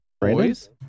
Boys